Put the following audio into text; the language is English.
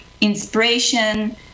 inspiration